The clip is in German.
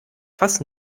fass